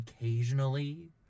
occasionally